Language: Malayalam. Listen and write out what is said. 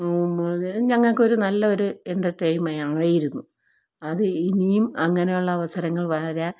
ഞങ്ങൾക്കൊരു നല്ലൊരു എൻറ്റർടൈമയായിരുന്നു അത് ഇനിയും അങ്ങനെയുള്ള അവസരങ്ങൾ വരാൻ